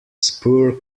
spur